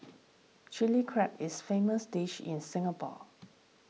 Chilli Crab is famous dish in Singapore